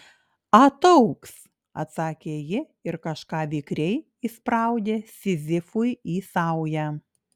ataugs atsakė ji ir kažką vikriai įspraudė sizifui į saują